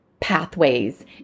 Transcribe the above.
pathways